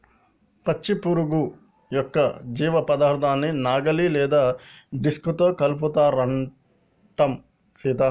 పచ్చి ఎరువు యొక్క జీవపదార్థాన్ని నాగలి లేదా డిస్క్ తో కలుపుతారంటం సీత